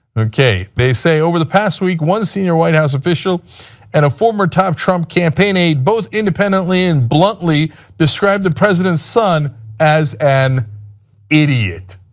they say over the past week, one senior white house official and a former top trump campaign aide both independently and bluntly described the president son as an idiot.